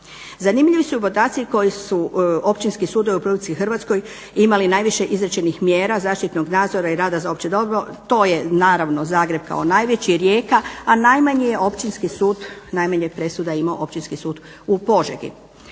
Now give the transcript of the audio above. Zanimljivi su podaci koji su Općinski sudovi u RH imali najviše izrečenih mjera zaštitnog nadzora i rada za opće dobro, to je naravno Zagreb kako najveći, Rijeka, a najmanji je Općinski sud, najmanje presuda je imao Općinski sud u Požegi.